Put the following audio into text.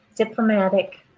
Diplomatic